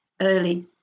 early